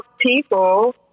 people